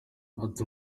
ati